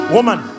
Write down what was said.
Woman